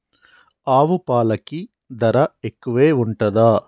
ఆవు పాలకి ధర ఎక్కువే ఉంటదా?